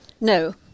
No